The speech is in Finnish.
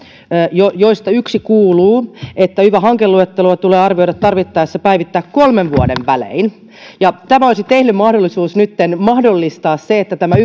joista yksi kuuluu että yva hankeluetteloa tulee arvioida ja tarvittaessa päivittää kolmen vuoden välein tämä olisi teille mahdollisuus nytten mahdollistaa se että tämä